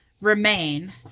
remain